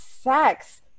sex